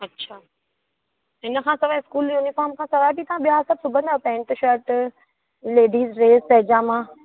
अच्छा हिन खां सवाइ स्कूल यूनिफ़ॉम खां सवाइ बि तव्हां सभु सिबंदा आहियो पैंट शर्ट लेडीस ड्रेस पैजामा